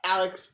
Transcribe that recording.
Alex